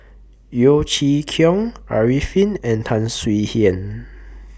Yeo Chee Kiong Arifin and Tan Swie Hian